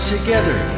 together